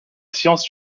science